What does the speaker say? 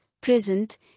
present